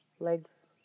legs